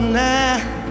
now